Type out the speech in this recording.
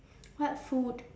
what food